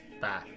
Bye